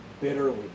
bitterly